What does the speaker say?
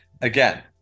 again